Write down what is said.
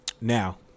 now